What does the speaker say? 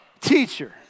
teacher